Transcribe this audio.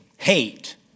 Hate